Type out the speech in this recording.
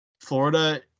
florida